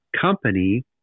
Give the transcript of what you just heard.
company